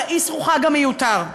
על האסרו-חג המיותר.